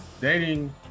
Dating